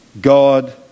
God